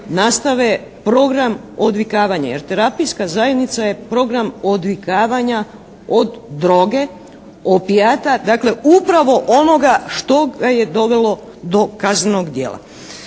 program odvikavanja. Jer terapijska zajednica je program odvikavanja od droge, opijata, dakle upravo onoga što ga je dovelo do kaznenog djela.